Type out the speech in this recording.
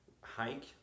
hike